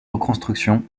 reconstruction